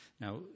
Now